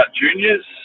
juniors